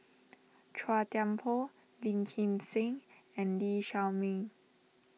Chua Thian Poh Lim Kim San and Lee Shao Meng